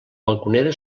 balconera